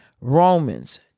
Romans